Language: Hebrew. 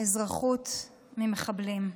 אזרחות ממחבלים,